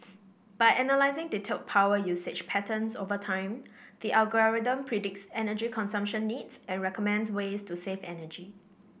by analysing detailed power usage patterns over time the algorithm predicts energy consumption needs and recommends ways to save energy